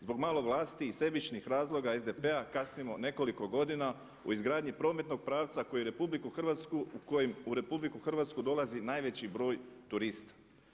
Zbog malo vlasti i sebičnih razloga SDP-a kasnimo nekoliko godina u izgradnji prometnog pravca koji RH, kojim u RH dolazi najveći broj turista.